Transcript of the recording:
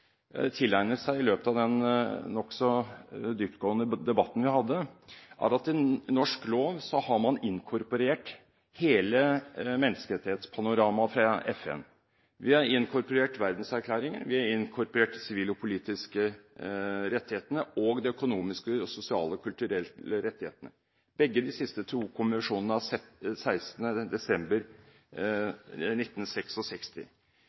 tilegnet seg i løpet av den nokså dyptgående debatten vi hadde, at i norsk lov har man inkorporert hele menneskerettighetspanoramaet fra FN: Vi har inkorporert verdenserklæringen, vi har inkorporert de sivile og politiske rettighetene og de økonomiske, sosiale og kulturelle rettighetene. Begge de to siste konvensjonene ble vedtatt 16. desember